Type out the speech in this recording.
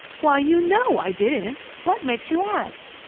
why, you know i didn't! what makes you ask?